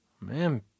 Man